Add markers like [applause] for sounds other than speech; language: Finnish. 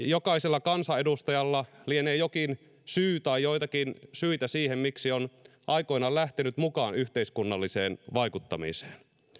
[unintelligible] jokaisella kansanedustajalla lienee jokin syy tai joitakin syitä siihen miksi on aikoinaan lähtenyt mukaan yhteiskunnalliseen vaikuttamiseen